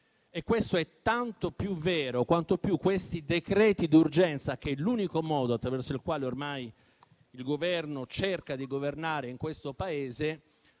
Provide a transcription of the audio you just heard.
Questo è tanto più vero quanto più questi decreti d'urgenza, che è l'unico modo attraverso il quale ormai l'Esecutivo cerca di governare in questo Paese,